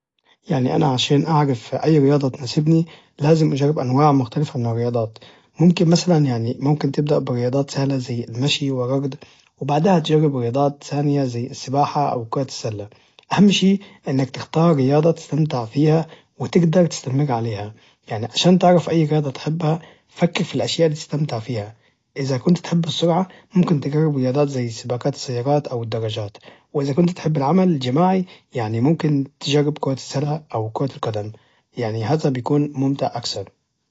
يعني أنا عشان أعرف أي رياضة تناسبني لازم اجرب أنواع مختلفة من الرياضات ممكن مثلا يعني ممكن تبدأ برياضات سهلة زي المشي والركض وبعدها تجرب رياضات ثانية زي السباحة أو كرة السلة أهم شي إنك تختار رياضة تستمتع فيها وتجدر تستمر عليها يعني عشان تعرف أي رياضة تحبها فكر في الأشياء اللي تستمتع فيها إذا كنت تحب السرعة ممكن تجرب رياضات زي سباقات السيارات أو الدراجات وإذا كنت تحب العمل الجماعي يعني ممكن تجرب كرة السلة أو كرة القدم يعني هذا بيكون ممتع أكثر